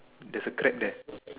there's a crab there